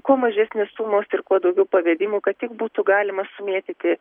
kuo mažesnės sumos ir kuo daugiau pavedimų kad tik būtų galima sumėtyti